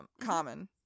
common